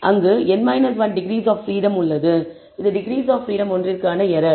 அங்கு n 1 degrees of freedom உள்ளது இது டிகிரீஸ் ஆப் பிரீடம் ஒன்றிற்கான எரர்